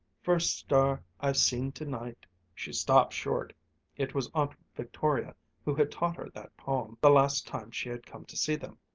first star i've seen tonight she stopped short it was aunt victoria who had taught her that poem, the last time she had come to see them,